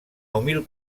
humil